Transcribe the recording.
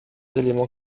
éléments